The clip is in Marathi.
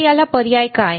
तर याला पर्याय काय